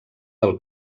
del